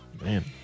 Man